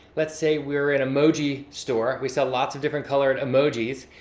let's say we're an emoji store. we sell lots of different colored emojis.